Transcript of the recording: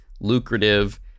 lucrative